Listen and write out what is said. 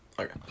Okay